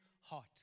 heart